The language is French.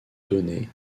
données